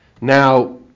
Now